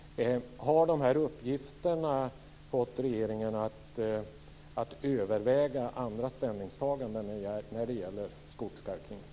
Har dessa uppgifter fått regeringen att överväga andra ställningstaganden när det gäller skogskalkningen?